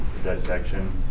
dissection